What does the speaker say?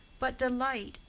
but delight,